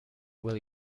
will